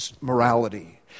morality